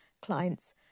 clients